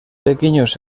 pequeños